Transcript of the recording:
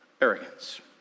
arrogance